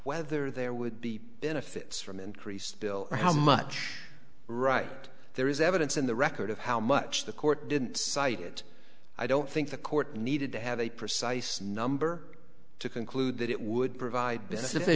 whether there would be benefits from increased bill or how much right there is evidence in the record of how much the court didn't cite it i don't think the court needed to have a precise number to conclude that it would provide